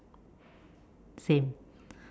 same